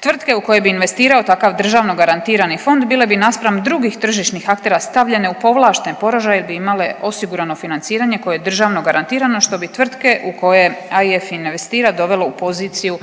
Tvrtke u koje bi investirao takav državno garantirani fond bile bi naspram drugih tržišnih aktera stavljene u povlašten položaj, jer bi imale osigurano financiranje koje je državno garantirano što bi tvrtke u koje IF investira dovelo u poziciju